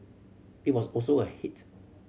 it was also a hit